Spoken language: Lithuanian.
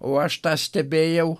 o aš tą stebėjau